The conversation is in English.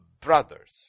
brothers